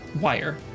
wire